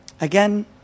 again